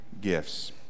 gifts